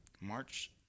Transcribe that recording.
March